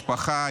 משפחה,